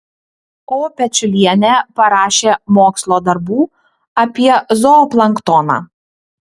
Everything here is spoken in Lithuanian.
o pečiulienė parašė mokslo darbų apie zooplanktoną